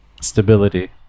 stability